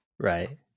Right